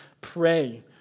pray